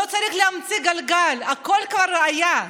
לא צריך להמציא את הגלגל, הכול כבר היה.